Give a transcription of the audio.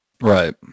right